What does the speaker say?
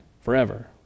forever